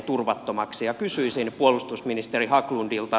kysyisin puolustusministeri haglundilta